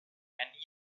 and